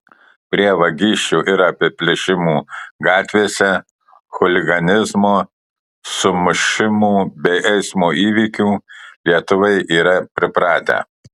prie vagysčių ir apiplėšimų gatvėse chuliganizmo sumušimų bei eismo įvykių lietuviai yra pripratę